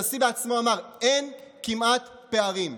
הנשיא בעצמו אמר שאין כמעט פערים.